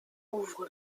ouvre